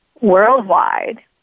Worldwide